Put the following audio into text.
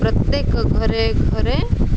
ପ୍ରତ୍ୟେକ ଘରେ ଘରେ